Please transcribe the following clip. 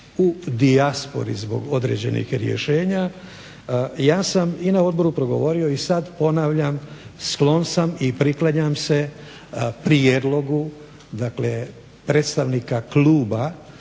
u dijaspori zbog određenih rješenja ja sam i na odboru progovorio i sad ponavljam, sklon sam i priklanjam se prijedlogu predstavnika kluba